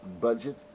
budget